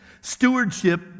Stewardship